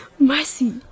Mercy